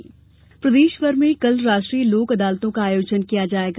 राष्ट्रीय लोक अदालत प्रदेश भर में कल राष्ट्रीय लोक अदालतों का आयोजन किया जायेगा